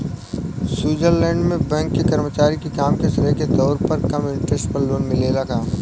Switzerland में bank के कर्मचारी के काम के श्रेय के तौर पर कम इंटरेस्ट पर लोन मिलेला का?